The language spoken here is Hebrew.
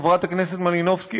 חברת הכנסת מלינובסקי.